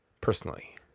personally